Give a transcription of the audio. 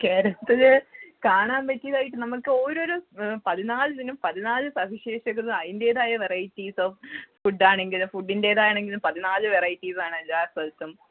കേരളത്തിൽ കാണാൻ പറ്റിയതായിട്ട് നമുക്ക് ഓരോരോ പതിനാലിതിനും പതിനാല് സവിശേഷതകൾ അതിൻറ്റേതായ വറൈറ്റീസ് ഓഫ് ഫുഡ്ഡാണെങ്കിൽ ഫുഡ്ഡിൻറ്റേതാണെങ്കിൽ പതിനാല് വെറൈറ്റീസാണെല്ലോ സ്ഥലത്തും